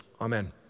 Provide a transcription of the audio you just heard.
amen